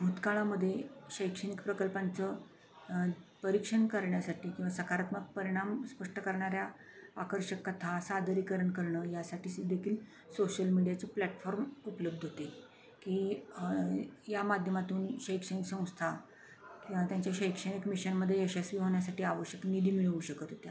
भूतकाळामध्ये शैक्षणिक प्रकल्पांचं परीक्षण करण्यासाठी किंवा सकारात्मक परिणाम स्पष्ट करणाऱ्या आकर्षक कथा सादरीकरण करणं यासाठी सु देखील सोशल मीडियाचं प्लॅटफॉर्म उपलब्ध होते की या माध्यमातून शैक्षणिक संस्था किंवा त्यांच्या शैक्षणिक मिशनमध्ये यशस्वी होण्यासाठी आवश्यक निधी मिळवू शकत होत्या